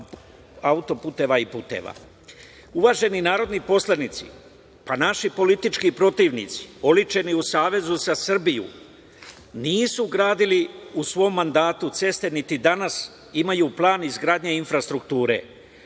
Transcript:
auto-puteva i puteva. Uvaženi narodni poslanici, pa naši politički protivnici, oličeni u Savezu za Srbiju, nisu gradili u svom mandatu ceste, niti danas imaju plan izgradnje infrastrukture,